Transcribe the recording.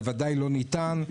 זה ודאי לא ניתן,